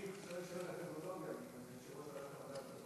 אני יושב-ראש ועדת המדע והטכנולוגיה.